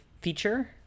feature